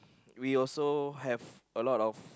we also have a lot of